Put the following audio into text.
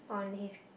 on his